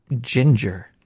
ginger